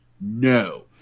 no